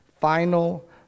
final